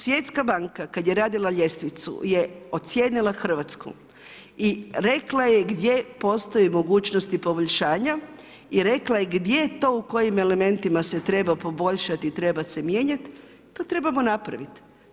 Svjetska banka, kada je radila ljestvicu, je ocijenila Hrvatsku i rekla je gdje postoje mogućnosti poboljšanja i rekla je gdje to u kojim elementima se treba poboljšati, treba se mijenjati, to trebamo napraviti.